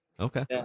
Okay